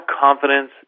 confidence